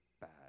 bad